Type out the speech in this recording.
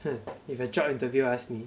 if a job interview ask me